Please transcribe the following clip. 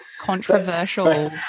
Controversial